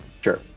Sure